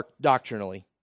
doctrinally